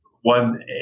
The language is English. one